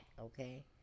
okay